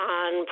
on